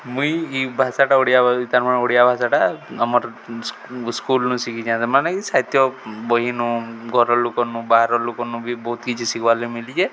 ମୁଇଁ ଏ ଭାଷାଟା ଓଡ଼ିଆ ତା'ରମାନେ ଓଡ଼ିଆ ଭାଷାଟା ଆମର ସ୍କୁଲନୁ ଶିଖିଚାଆନ୍ତି ମାନେ ଏଇ ସାହିତ୍ୟ ବହିନୁ ଘର ଲୋକନୁ ବାହାର ଲୋକନୁ ବି ବହୁତ କିଛି ଶିଖିବାର୍ ମିିଲି ଯେ